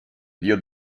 dio